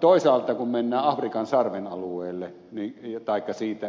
toisaalta kun mennään afrikan sarven alueelle taikka siitä